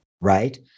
Right